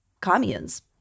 communes